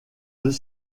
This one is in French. deux